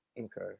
okay